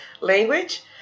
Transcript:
language